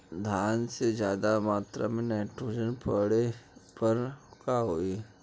धान में ज्यादा मात्रा पर नाइट्रोजन पड़े पर का होई?